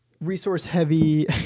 resource-heavy